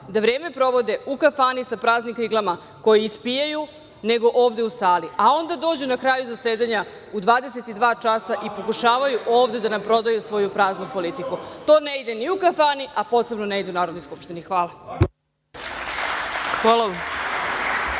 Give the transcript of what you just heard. da vreme provode u kafani sa praznim kriglama koje ispijaju, nego ovde u sali. Onda dođu na kraju zasedanja u 22 časa i pokušavaju ovde da nam prodaju svoju praznu politiku. To ne ide ni u kafani, a posebno ne ide u Narodnoj skupštini. Hvala.